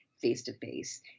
face-to-face